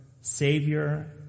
savior